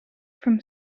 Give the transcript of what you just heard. from